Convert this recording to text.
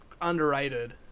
underrated